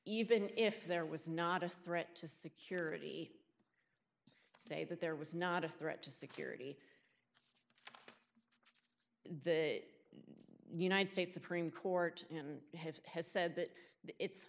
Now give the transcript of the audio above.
even if there was not a threat to security say that there was not a threat to security the united states supreme court has said that it's